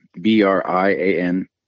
B-R-I-A-N